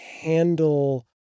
handle